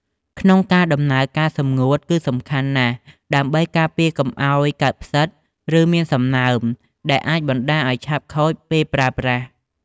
ក្នុងការដំណើរការសម្ងួតគឺសំខាន់ណាស់ ដើម្បីការពារកុំឲ្យកើតផ្សិត ឬមានសំណើម ដែលអាចបណ្ដាលឲ្យឆាប់ខូចពេលប្រើប្រាស់។